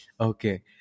Okay